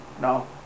No